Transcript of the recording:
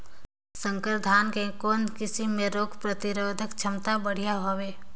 संकर धान के कौन किसम मे रोग प्रतिरोधक क्षमता बढ़िया हवे?